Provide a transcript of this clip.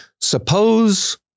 Suppose